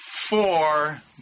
four